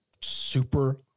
super